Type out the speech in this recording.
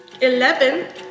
Eleven